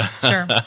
sure